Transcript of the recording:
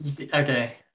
Okay